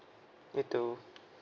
you too